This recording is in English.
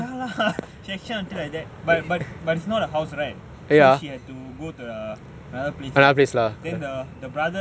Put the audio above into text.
ya lah she action until like that but but it's not her house right so she had to go to the another place lah then the the brother